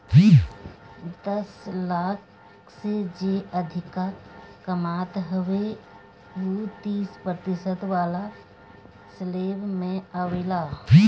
दस लाख से जे अधिका कमात हवे उ तीस प्रतिशत वाला स्लेब में आवेला